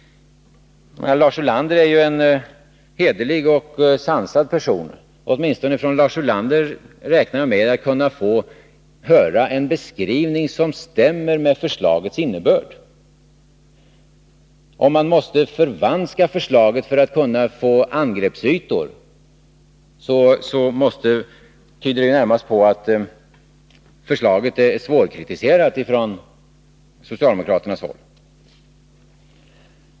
Lars Ulander är ju en hederlig och sansad person. Åtminstone från Lars Ulander räknar jag med att kunna få en beskrivning som stämmer med förslagets innebörd. Om man måste förvanska förslaget för att få angreppsytor tyder det närmast på att förslaget är svårkritiserat från socialdemokraternas håll.